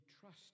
trust